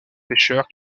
pécheurs